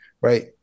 Right